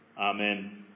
Amen